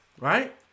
right